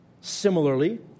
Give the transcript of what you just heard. similarly